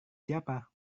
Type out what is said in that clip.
siapa